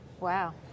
Wow